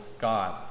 God